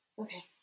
Okay